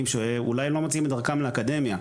שאולי לא מוצאים את דרכם לאקדמיה,